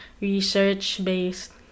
research-based